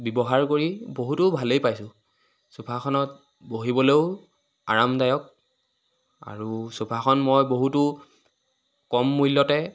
ব্যৱহাৰ কৰি বহুতো ভালেই পাইছোঁ চোফাখনত বহিবলৈয়ো আৰামদায়ক আৰু চোফাখন মই বহুতো কম মূল্যতে